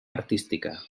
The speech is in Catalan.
artística